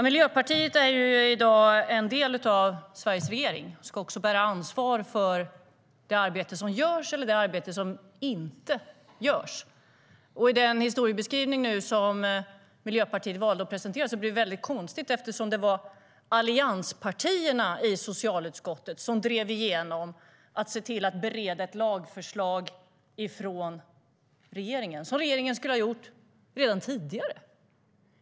Miljöpartiet är i dag en del av Sveriges regering och ska också bära ansvar för det arbete som görs och det arbete som inte görs. Den historiebeskrivning som Miljöpartiet valde att presentera blir väldigt konstig, eftersom det var allianspartierna i socialutskottet som drev igenom att man skulle bereda ett lagförslag från regeringen, vilket regeringen skulle ha gjort redan tidigare.